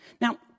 Now